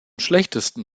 schlechtesten